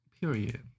Period